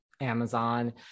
amazon